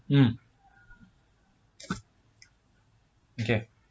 mm okay